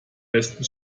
besten